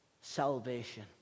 salvation